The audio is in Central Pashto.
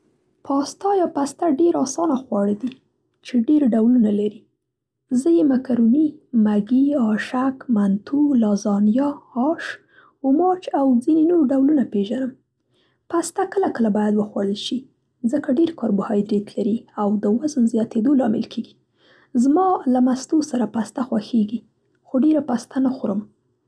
پاستا یا پسته ډېر آسانه خواړه دي چې ډېر ډولونه لري. زه یې مکروني، مګي، آشک، منتو، لازانیا، آش، اوماچ او ځینې نور ډولونه پېژنم. پسته کله کله باید وخوړل شي؛ ځکه ډېر کاربوهایدرېټ لري او د وزن زیاتېدو لامل کېږي. زما له مستو سره پسته خوښېږي. خو ډېره پسته نه خورم.